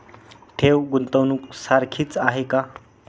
ठेव, गुंतवणूक सारखीच आहे का?